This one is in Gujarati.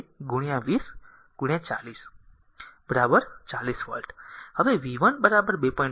તેથી v0 r 2 20 40 વોલ્ટ હવે v 1 2